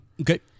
Okay